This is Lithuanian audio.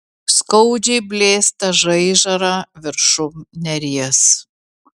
skaudžiai blėsta žaižara viršum neries